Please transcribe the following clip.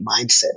mindset